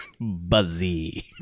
Buzzy